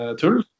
tull